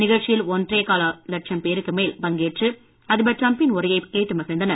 நிகழ்ச்சியில் ஒன்றே கால் லட்சம் பேருக்கு மேல் பங்கேற்று அதிபர் டிரம்ப்பின் உரையை கேட்டு மகிழ்ந்தனர்